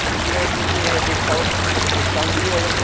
اس میں کچھ ڈسکاؤنٹ میں ڈسکاؤنٹ بھی ہوگا